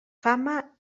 fama